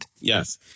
yes